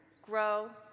grow,